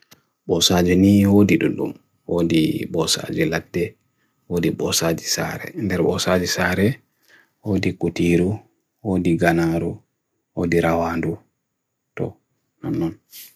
Mountain goats heɓi tawa wulorɗe. Heɓi towi ngaliya njoɓa siwri fowru kanko.